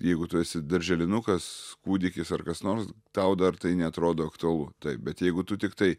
jeigu tu esi darželinukas kūdikis ar kas nors tau dar tai neatrodo aktualu taip bet jeigu tu tiktai